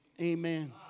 Amen